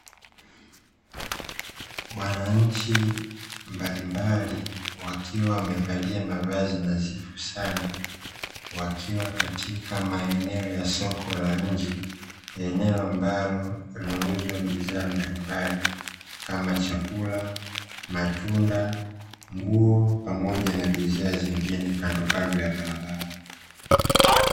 Wananchi mbalimbali wakiwa wamevalia mavazi nadhifu sana wakiwa katika maeneo ya soko la nje, eneo ambalo linauzwa bidhaa mbalimbali kama chakula, matunda, nguo pamoja na bidhaa zingine kandokando ya barabara.